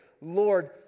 Lord